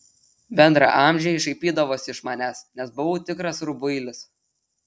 bendraamžiai šaipydavosi iš manęs nes buvau tikras rubuilis